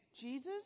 Jesus